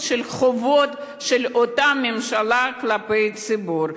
של חובות של הממשלה כלפי הציבור.